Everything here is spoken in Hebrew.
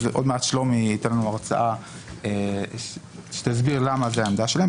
עוד מעט שלומי ייתן לנו הרצאה שתסביר למה זו העמדה שלהם.